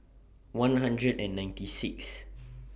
one hundred and ninety six